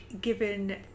given